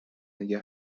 نگه